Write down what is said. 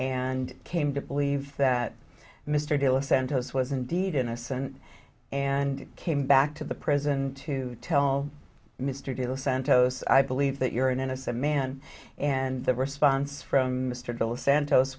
and came to believe that mr dylan santos was indeed innocent and came back to the prison to tell mr de los santos i believe that you're an innocent man and the response from